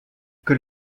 que